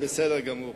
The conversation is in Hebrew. זה בסדר גמור.